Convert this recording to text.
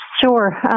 Sure